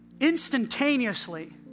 instantaneously